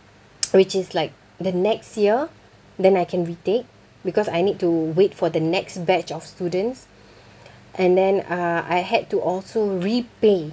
which is like the next year then I can retake because I need to wait for the next batch of students and then uh I had to also repay